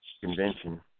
convention